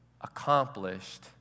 accomplished